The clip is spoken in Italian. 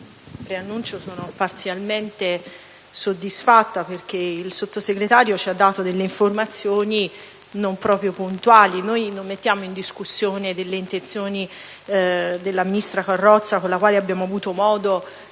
però, che sono parzialmente soddisfatta, perché il Sottosegretario ci ha dato delle informazioni non proprio puntuali. Noi non mettiamo in discussione le intenzioni della ministra Carrozza, con la quale abbiamo avuto modo in